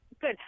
Good